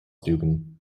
dugan